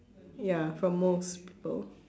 ya from most people